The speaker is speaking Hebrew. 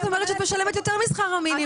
את אומרת שאת משלמת יותר משכר המינימום.